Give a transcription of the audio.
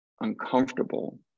uncomfortable